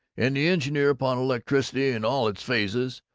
and the engineer upon electricity in all its phases,